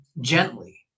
Gently